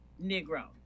Negro